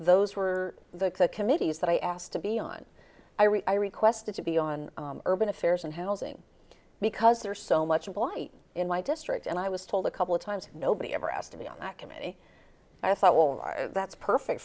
those were the committees that i asked to be on i requested to be on urban affairs and housing because they're so much a blight in my district and i was told a couple of times nobody ever asked to be on that committee i thought well that's perfect